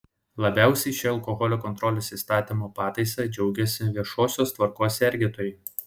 labiausiai šia alkoholio kontrolės įstatymo pataisa džiaugiasi viešosios tvarkos sergėtojai